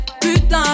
Putain